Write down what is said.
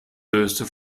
döste